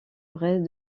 reste